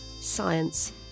science